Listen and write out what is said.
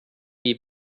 die